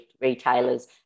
retailers